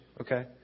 okay